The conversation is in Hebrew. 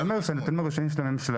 אז אני אומר שהנתונים הראשונים של הממשלה,